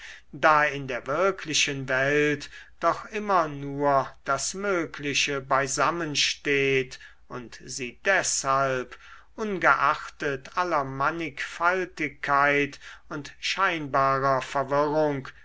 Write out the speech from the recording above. da in der wirklichen welt doch immer nur das mögliche beisammensteht und sie deshalb ungeachtet aller mannigfaltigkeit und scheinbarer verwirrung